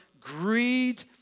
greed